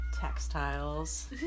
textiles